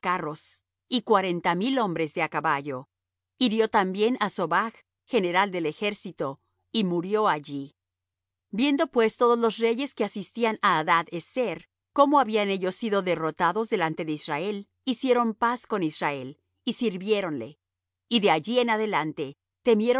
carros y cuarenta mil hombres de á caballo hirió también á sobach general del ejército y murió allí viendo pues todos los reyes que asistían á hadad ezer como habían ellos sido derrotados delante de israel hicieron paz con israel y sirviéronle y de allí adelante